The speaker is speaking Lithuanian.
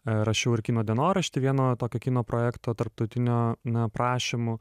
rašiau ir kino dienoraštį vieno tokio kino projekto tarptautinio na prašymu